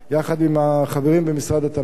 יחד עם החברים במשרד התמ"ת,